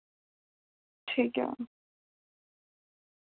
ठीक एक मैम